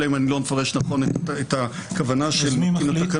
אלא אם אני לא מפרש נכון את הכוונה של מתקין התקנות.